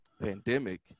pandemic